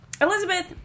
Elizabeth